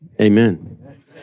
Amen